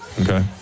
Okay